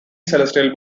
celestial